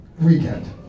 weekend